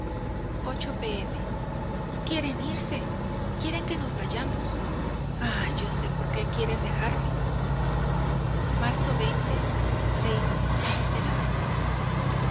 p m quieren irse quieren que nos vayamos ah yo sé por qué quieren dejarme marzo aullidos aullidos toda la